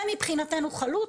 זה מבחינתנו חלוט,